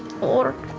or